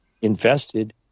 invested